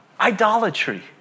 Idolatry